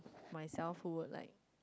myself who would like